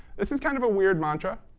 this is kind of a weird mantra.